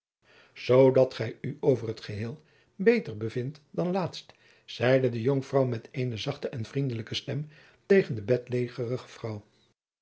zoodat gij u over t geheel beter bevindt dan laatst zeide de jonkvrouw met eene zachte en vriendelijke stem tegen de bedlegerige vrouw